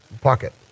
Pocket